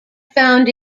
found